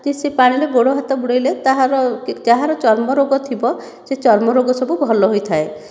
କି ସେ ପାଣିରେ ଗୋଡ଼ ହାତ ବୁଡ଼େଇଲେ ତାହାର ଯାହାର ଚର୍ମ ରୋଗ ଥିବ ସେ ଚର୍ମ ରୋଗ ସବୁ ଭଲ ହୋଇଥାଏ